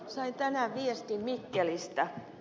sain tänään viestin mikkelistä